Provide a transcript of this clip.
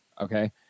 Okay